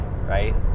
right